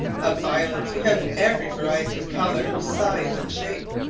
of violets, we have every variety of colour, size and shape,